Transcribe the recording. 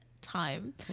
time